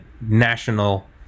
national